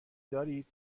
دارید